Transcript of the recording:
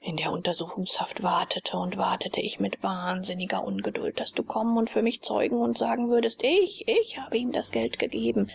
in der untersuchungshaft wartete und wartete ich mit wahnsinniger ungeduld daß du kommen und für mich zeugen und sagen würdest ich ich habe ihm das geld gegeben